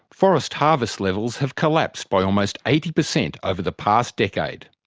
forest harvest levels have collapsed by almost eighty percent over the past decade.